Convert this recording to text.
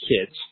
kids